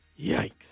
yikes